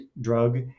drug